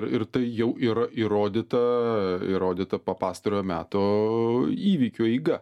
ir tai jau yra įrodyta įrodyta pa pastarojo meto įvykių eiga